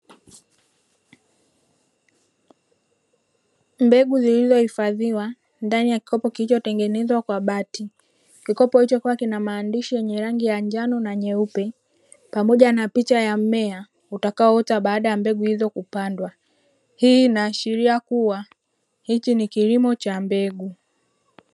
Mbegu zilizohifadhiwa; ndani ya kikopo kilichotengenezwa kwa bati, kikopo hicho kikiwa kina maandishi yenye rangi ya njano na nyeupe, pamoja na picha ya mmea utakaoota baada ya mbegu hizo kupandwa. Hii inaashiria kuwa hichi ni kilimo cha mbegu.